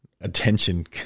attention